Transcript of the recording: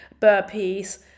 burpees